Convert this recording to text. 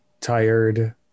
tired